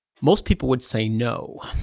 most people would say no,